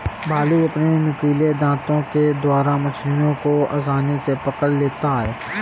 भालू अपने नुकीले दातों के द्वारा मछलियों को आसानी से पकड़ लेता है